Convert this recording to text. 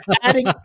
Adding